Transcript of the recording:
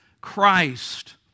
Christ